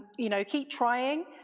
you know keep trying.